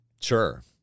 Sure